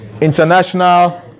International